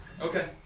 Okay